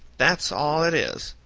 that's all it is.